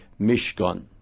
Mishkan